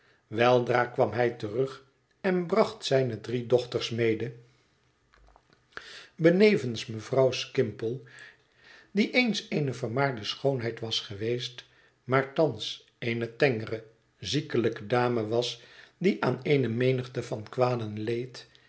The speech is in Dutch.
weldra kwam hij terug en bracht zijne drie dochters mede benevens mevrouw skimpole die eens eene vermaarde schoonheid was geweest maar thans eene tengere ziekelijke dame was die aan eene menigte van kwalen leed